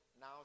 now